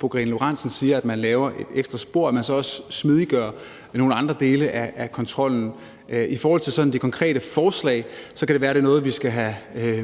siger, nemlig at man laver et ekstra spor, og at man så også smidiggør nogle andre dele af kontrollen. I forhold til det konkrete forslag kan det være, at det er noget, vi skal have